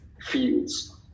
fields